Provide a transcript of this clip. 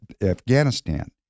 Afghanistan